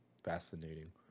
Fascinating